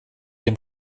dem